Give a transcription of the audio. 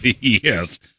yes